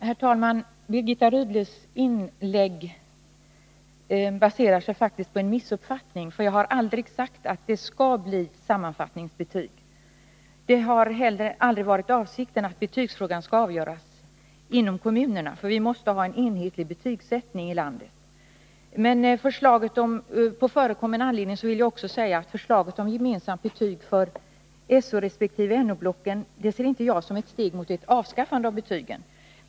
Herr talman! Birgitta Rydles inlägg baserar sig faktiskt på en missuppfattning. Jag har aldrig sagt att det skall bli sammanfattningsbetyg. Det har heller aldrig varit avsikten att betygsfrågan skall avgöras inom kommunerna, för vi måste ha en enhetlig betygssättning i landet. På förekommen anledning vill jag också säga att jag inte ser förslaget om gemensamt betyg för SO resp. NO-blocken som ett steg mot ett avskaffande av betygen.